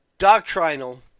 doctrinal